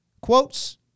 quotes